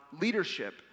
leadership